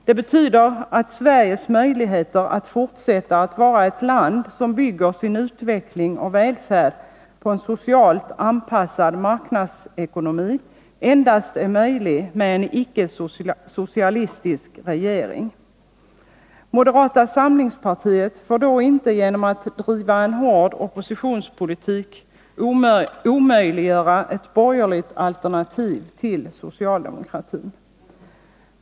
Det betyder att Sveriges möjligheter att fortsätta att vara ett land som bygger sin utveckling och välfärd på en socialt anpassad marknadsekonomi föreligger endast med en icke-socialistisk regering. Moderata samlingspartiet får då inte genom att driva en hård oppositionspolitik omöjliggöra ett borgerligt alternativ till socialdemokratin.